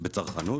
בצרכנות?